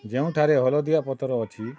ଯେଉଁଠାରେ ହଳଦିଆ ପଥର ଅଛି